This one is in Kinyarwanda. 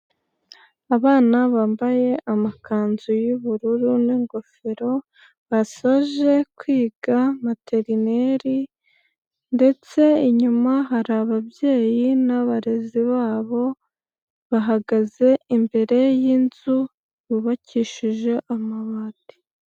Abana bambaye amakanzu y'ubururu n'ingofero basoje kwiga materineri ndetse inyuma hari ababyeyi n'abarezi babo bahagaze imbere y'inzu yubakishije amabati.